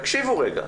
תקשיבו רגע.